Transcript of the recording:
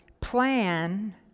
Plan